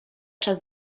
czas